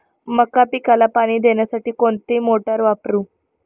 मका पिकाला पाणी देण्यासाठी कोणती मोटार वापरू?